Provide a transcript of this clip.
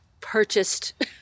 purchased